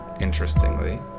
interestingly